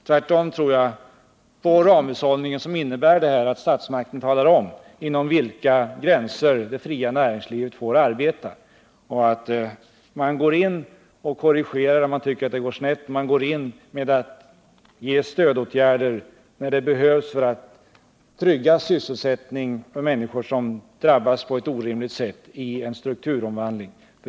Jag tror tvärtom på ramhushållningen, som innebär att statsmakten talar om inom vilka gränser det fria näringslivet får arbeta. Den innebär också att staten går in och korrigerar om något går snett och att staten går in med stödåtgärder när det behövs för att trygga sysselsättningen för människor som drabbas på ett orimligt sätt i en strukturomvandling.